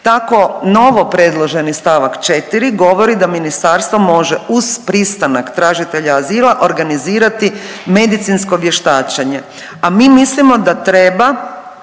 Tako novo predloženi stavak 4. govori da ministarstvo može uz pristanak tražitelja azila organizirati medicinsko vještačenje, a mi mislimo da treba